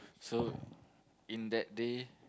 so in that day